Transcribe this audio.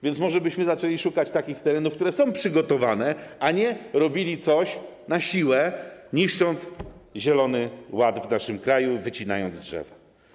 Więc może byśmy zaczęli szukać takich terenów, które są przygotowane, a nie robili czegoś na siłę, niszcząc zielony ład w naszym kraju i wycinając drzewa?